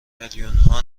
میلیونها